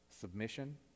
submission